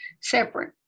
separate